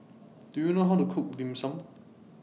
Do YOU know How to Cook Dim Sum